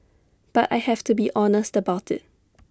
but I have to be honest about IT